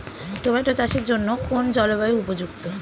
Tomato চাষের জন্য কোন জলবায়ু উপযুক্ত?